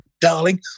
darling